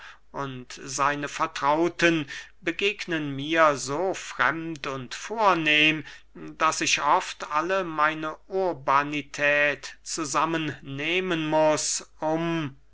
und seine vertrauten begegnen mir so fremd und vornehm daß ich oft alle meine urbanität zusammen nehmen muß um